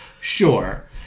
Sure